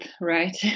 right